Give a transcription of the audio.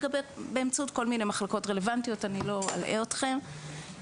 באמצעות כל מיני מחלקות רלוונטיות אבל אני לא אלאה אתכם בזה כרגע.